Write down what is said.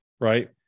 right